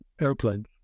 airplanes